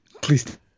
Please